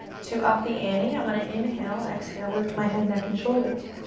to up the ante, i'm going to inhale, exhale, lift my head, neck and shoulders.